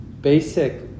basic